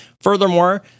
Furthermore